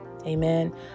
Amen